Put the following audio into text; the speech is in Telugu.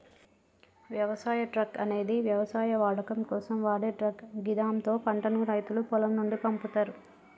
వ్యవసాయ ట్రక్ అనేది వ్యవసాయ వాడకం కోసం వాడే ట్రక్ గిదాంతో పంటను రైతులు పొలం నుండి పంపుతరు